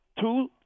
two